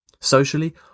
socially